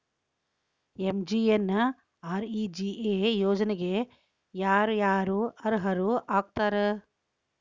MGNREGA ಯೋಜನೆಗೆ ಯಾರ ಯಾರು ಅರ್ಹರು ಆಗ್ತಾರ?